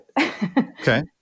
Okay